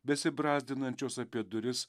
besibrazdinančios apie duris